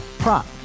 prop